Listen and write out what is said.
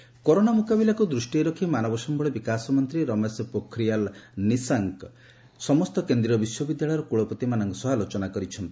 HRD minister corona ମୁକାବିଲାକୁ ଦୃଷ୍ଟିରେ ରଖି ମାନବ ସମ୍ଚଳ ବିକାଶ ମନ୍ତ୍ରୀ ରମେଶ ପୋଖରିଆଲ ନିଶଙ୍କ ସମସ୍ତ କେନ୍ଦ୍ରୀୟ ବିଶ୍ୱବିଦ୍ୟାଳୟ କୁଳପତିମାନଙ୍କ ସହ ଆଲୋଚନା କରିଛନ୍ତି